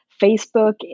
Facebook